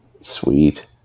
Sweet